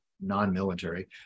non-military